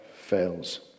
fails